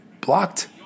blocked